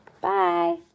Bye